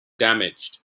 damaged